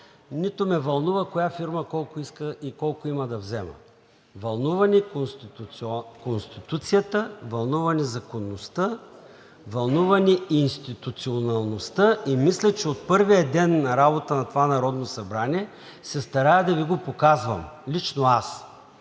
нито ме вълнува коя фирма колко иска и колко има да взема. Вълнува ни Конституцията, вълнува ни законността, вълнува ни институционалността. Мисля, че от първия ден на работата на това Народно събрание се старая да Ви го показвам, лично аз.